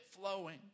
flowing